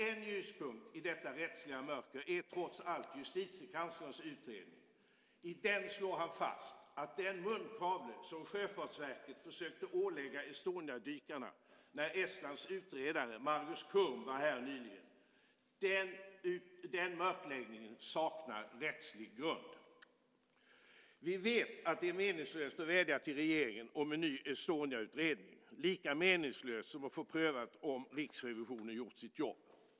En ljuspunkt i detta rättsliga mörker är trots allt Justitiekanslerns utredning. I den slår han fast att den munkavle som Sjöfartsverket försökte ålägga Estoniadykarna när Estlands utredare Margus Kurm var här nyligen, den mörkläggningen, saknar rättslig grund. Vi vet att det är meningslöst att vädja till regeringen om en ny Estoniautredning, lika meningslöst som att få prövat om Riksrevisionen har gjort sitt jobb.